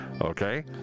Okay